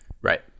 Right